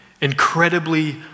incredibly